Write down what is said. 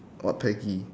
uh peggy